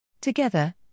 Together